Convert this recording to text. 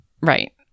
Right